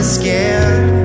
scared